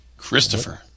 Christopher